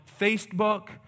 Facebook